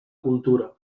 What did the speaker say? cultura